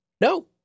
No